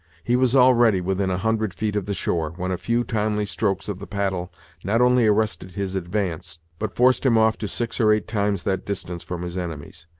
he was already within a hundred feet of the shore, when a few timely strokes of the paddle not only arrested his advance, but forced him off to six or eight times that distance from his enemies.